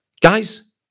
Guys